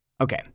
Okay